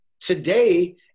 today